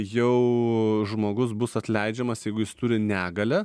jau žmogus bus atleidžiamas jeigu jis turi negalią